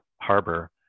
Harbor